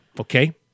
okay